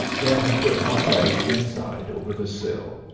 then he put one leg inside over the sill,